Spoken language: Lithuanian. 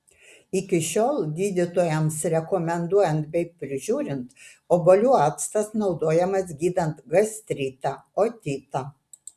iki šiol gydytojams rekomenduojant bei prižiūrint obuolių actas naudojamas gydant gastritą otitą